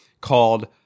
called